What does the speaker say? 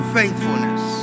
faithfulness